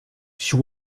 she